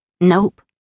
Nope